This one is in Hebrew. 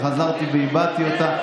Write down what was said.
וחזרתי והבעתי אותה.